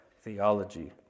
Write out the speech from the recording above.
theology